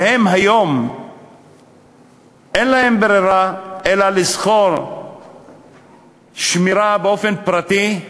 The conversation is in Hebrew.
והיום אין להם ברירה אלא לשכור שמירה באופן פרטי.